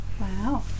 Wow